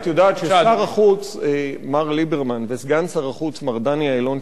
את יודעת ששר החוץ מר ליברמן וסגן שר החוץ מר דני אילון,